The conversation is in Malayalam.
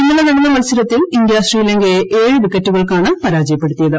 ഇന്നലെ നടന്ന മത്സരത്തിൽ ഇന്ത്യ ശ്രീലങ്കയെ ഏഴു വിക്കറ്റുകൾക്കാണ് പരാജയപ്പെടുത്തിയത്